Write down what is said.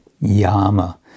yama